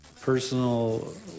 personal